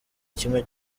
kimwe